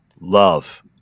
love